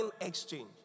exchange